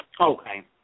Okay